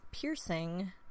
piercing